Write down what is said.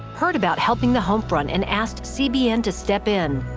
heard about helping the home front, and asked cbn to step in,